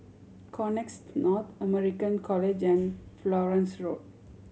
Connexis North American College and Florence Road